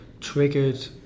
triggered